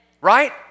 right